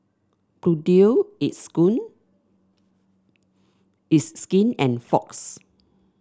Bluedio it's It's Skin and Fox